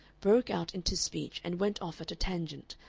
broke out into speech and went off at a tangent,